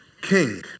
king